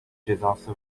cezası